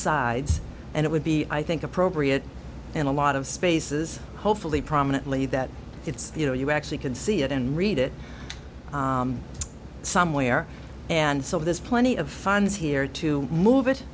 sides and it would be i think appropriate in a lot of spaces hopefully prominently that it's you know you actually can see it and read it somewhere and so there's plenty of funds here to move it